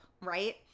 right